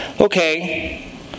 Okay